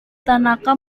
tanaka